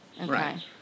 right